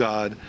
God